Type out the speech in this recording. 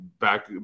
back